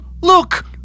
Look